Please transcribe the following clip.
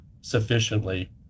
sufficiently